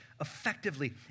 effectively